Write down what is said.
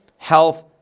health